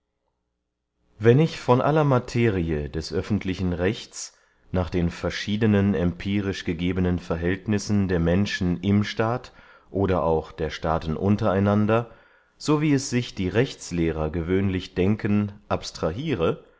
wenn ich von aller materie des öffentlichen rechts nach den verschiedenen empirisch gegebenen verhältnissen der menschen im staat oder auch der staaten unter einander so wie es sich die rechtslehrer gewöhnlich denken abstrahire